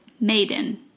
maiden